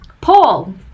Paul